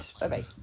Bye-bye